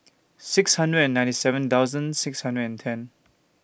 six hundred and ninety seven thousand six hundred and ten